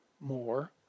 more